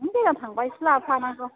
देनां थांबा एसे लाबोफागोन र'